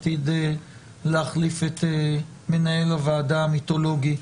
עתיד להחליף את מנהל הוועדה המיתולוגי,